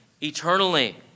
eternally